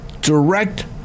direct